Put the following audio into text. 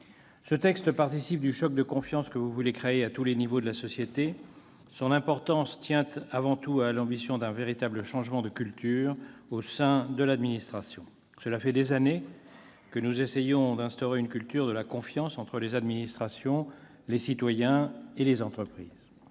Ce texte participe du choc de confiance que vous voulez créer à tous les niveaux de la société. Son importance tient avant tout à l'ambition d'un véritable changement de culture au sein de l'administration. Cela fait des années que nous essayons d'instaurer une culture de la confiance entre les administrations, les citoyens et les entreprises.